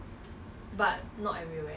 !wah! I love it man